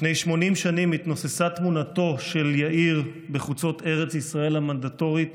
לפני 80 שנים התנוססה תמונתו של יאיר בחוצות ארץ ישראל המנדטורית